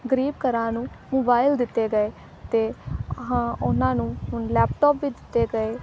ਗਰੀਬ ਘਰਾਂ ਨੂੰ ਮੋਬਾਇਲ ਦਿੱਤੇ ਗਏ ਅਤੇ ਹਾਂ ਉਹਨਾਂ ਨੂੰ ਲੈਪਟੋਪ ਵੀ ਦਿੱਤੇ ਗਏ